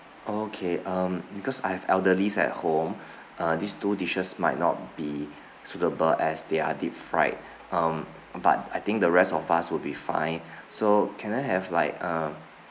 oh okay um because I've elderlies at home uh these two dishes might not be suitable as they're deep fried um but I think the rest of us will be fine so can I have like uh